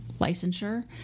licensure